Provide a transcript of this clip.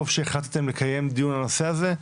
טוב שהחלטתם לקיים דיון על הנושא הזה,